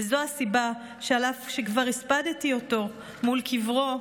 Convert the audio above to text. וזו הסיבה שאף שכבר הספדתי אותו מול קברו,